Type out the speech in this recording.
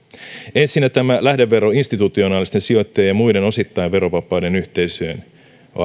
ensinnä tämä lähdevero institutionaalisten sijoittajien ja muiden osittain verovapaiden yhteisöjen